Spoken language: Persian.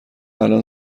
الان